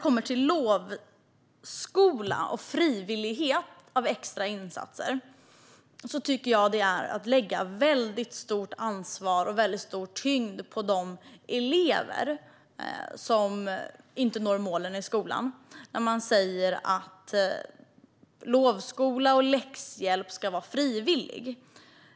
Jag tycker att det är att lägga väldigt stort ansvar och stor tyngd på de elever som inte når målen i skolan när man säger att lovskola och läxhjälp ska vara frivillig.